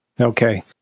okay